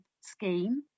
scheme